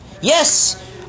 Yes